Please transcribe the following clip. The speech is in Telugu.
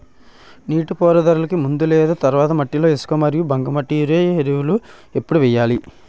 నీటిపారుదలకి ముందు లేదా తర్వాత మట్టిలో ఇసుక మరియు బంకమట్టి యూరియా ఎరువులు ఎప్పుడు వేయాలి?